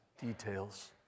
details